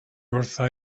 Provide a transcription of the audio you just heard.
wrtha